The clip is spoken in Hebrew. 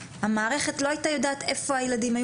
המערכת לא היתה יודעת איפה הילדים.